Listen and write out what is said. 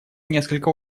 несколько